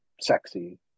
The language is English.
sexy